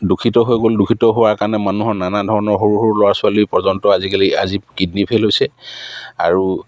দূষিত হৈ গ'ল দূষিত হোৱাৰ কাৰণে মানুহৰ নানা ধৰণৰ সৰু সৰু ল'ৰা ছোৱালীৰ পৰ্যন্ত আজিকালি আজি কিডনি ফেল হৈছে আৰু